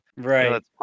Right